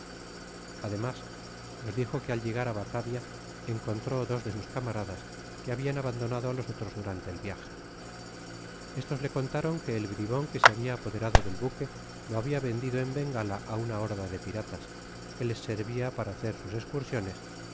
ademas nos dijo que al llegar á batavia encontró dos de sus camaradas que habian abandonado á los otros durante el viaje estos le contaren que el bribon que se habia apoderado del bü que lo habia vendido en bengala á una horda de piratas que les servia para hacer sus escursiones y